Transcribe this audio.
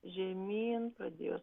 žemyn pradėjo